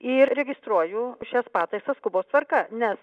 ir registruoju šias pataisas skubos tvarka nes